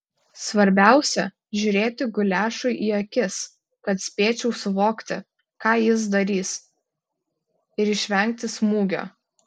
svarbiausia žiūrėti guliašui į akis kad spėčiau suvokti ką jis darys ir išvengti smūgio